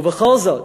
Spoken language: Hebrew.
ובכל זאת,